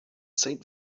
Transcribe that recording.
saint